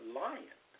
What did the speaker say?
lion